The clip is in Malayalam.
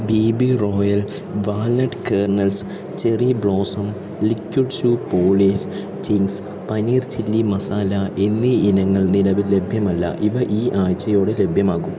B B royal walnut kernels cherry blossom liquid shoe polish Ching's paneer chilli masala എന്നീ ഇനങ്ങൾ നിലവിൽ ലഭ്യമല്ല ഇവ ഈ ആഴ്ചയോടെ ലഭ്യമാകും